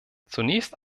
zunächst